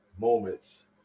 moments